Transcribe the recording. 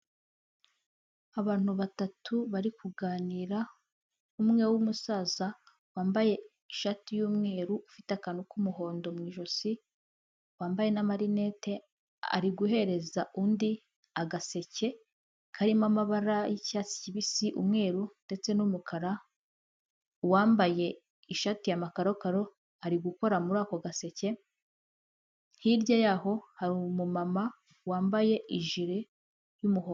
Abantu batatu bari kuganira, umwe w'umusaza wambaye ishati y'umweru ufite akantu k'umuhondo mu ijosi, wambaye n'amarinete ari guhereza undi agaseke, karimo amabara y'icyatsi kibisi, umweru ndetse n'umukara, uwambaye ishati y'amakarokaro ari gukora muri ako gaseke, hirya yaho hari umumama wambaye ijire y'umuhondo.